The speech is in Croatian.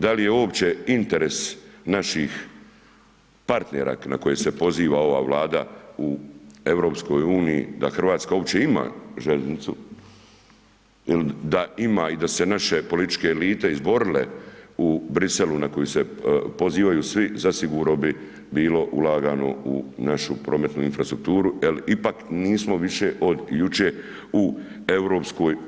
Da li je uopće interes naših partnera na koje se poziva ova Vlada u EU da Hrvatska uopće ima željeznicu, da ima i da su se naše političke elite izborile u Bruxellesu na koji se pozivaju svi, zasigurno bi bilo ulagano u našu prometnu infrastrukturu, jer ipak nismo više od jučer u EU.